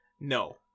No